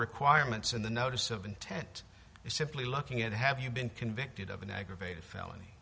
requirements and the notice of intent is simply looking at have you been convicted of an aggravated felony